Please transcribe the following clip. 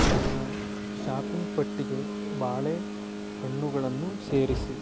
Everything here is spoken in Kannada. ನನ್ನ ಶಾಪಿಂಗ್ ಪಟ್ಟಿಗೆ ಬಾಳೆಹಣ್ಣುಗಳನ್ನು ಸೇರಿಸಿ